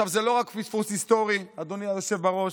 זה לא רק פספוס היסטורי, אדוני היושב בראש.